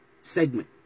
segment